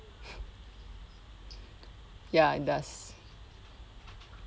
ya it does